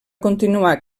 continuar